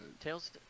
Tails